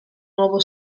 nuovo